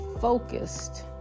focused